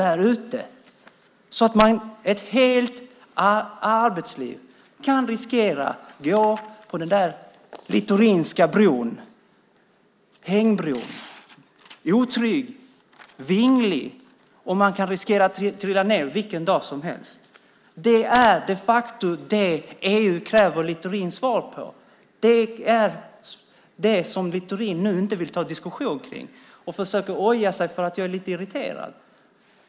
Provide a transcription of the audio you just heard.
De riskerar att gå på den Littorinska hängbron i ett helt arbetsliv. Den är otrygg och vinglig, och man riskerar att trilla ned vilken dag som helst. Det är de facto det EU kräver Littorins svar på. Det vill Littorin inte ta en diskussion om nu. Han ojar sig över att jag är lite irriterad.